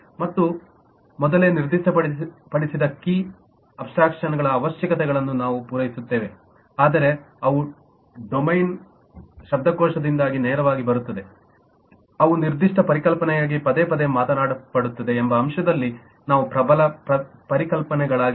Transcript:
ಮತ್ತು ನಾವು ಮೊದಲೇ ನಿರ್ದಿಷ್ಟಪಡಿಸಿದ ಕೀ ಅಮೂರ್ತತೆಯ ಅವಶ್ಯಕತೆಗಳನ್ನು ಅವು ಪೂರೈಸುತ್ತವೆಅಂದರೆ ಅವು ಡೊಮೇನ್ನ ಶಬ್ದಕೋಶದಿಂದ ನೇರವಾಗಿ ಬರುತ್ತವೆಅವು ನಿರ್ದಿಷ್ಟ ಪರಿಕಲ್ಪನೆಯಲ್ಲಿ ಪದೇ ಪದೇ ಮಾತನಾಡಲ್ಪಡುತ್ತವೆ ಎಂಬ ಅಂಶದಲ್ಲಿ ಅವು ಪ್ರಬಲ ಪರಿಕಲ್ಪನೆಗಳಾಗಿವೆ